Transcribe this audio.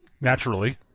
Naturally